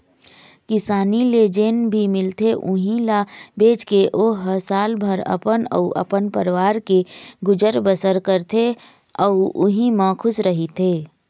किसानी ले जेन भी मिलथे उहीं ल बेचके ओ ह सालभर अपन अउ अपन परवार के गुजर बसर करथे अउ उहीं म खुस रहिथे